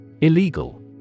Illegal